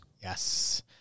Yes